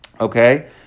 Okay